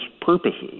purposes